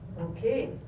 Okay